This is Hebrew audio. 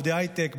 עובדי הייטק,